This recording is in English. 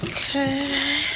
Okay